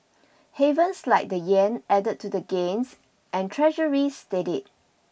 havens like the yen added to gains and treasuries steadied